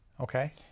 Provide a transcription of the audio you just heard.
Okay